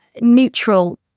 neutral